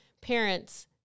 parents